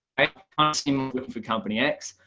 asked him for company x.